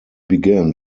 began